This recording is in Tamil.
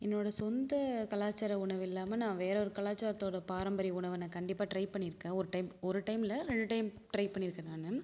என்னோட சொந்த கலாச்சார உணவு இல்லாமல் நான் வேறு ஒரு கலாச்சாரத்தோட பாரம்பரிய உணவை நான் கண்டிப்பாக ட்ரை பண்ணிருக்கேன் ஒரு டைம் ஒரு டைம் இல்லை ரெண்டு டைம் ட்ரை பண்ணிருக்கேன் நான்